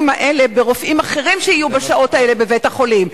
האלה ברופאים אחרים שיהיו בשעות האלה בבית-החולים.